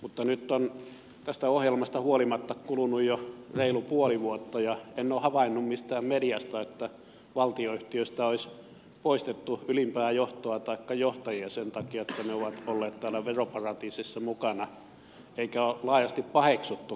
mutta nyt on tästä ohjelmasta huolimatta kulunut jo reilu puoli vuotta ja en ole havainnut mistään mediasta että valtionyhtiöistä olisi poistettu ylimpää johtoa taikka johtajia sen takia että he ovat olleet veroparatiisissa mukana eikä ole laajasti paheksuttukaan